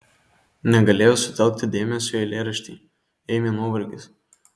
negalėjo sutelkti dėmesio į eilėraštį ėmė nuovargis